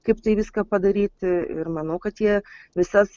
kaip tai viską padaryti ir manau kad jie visas